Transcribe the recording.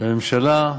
והממשלה,